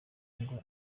ngo